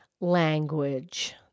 language